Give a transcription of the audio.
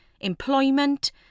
employment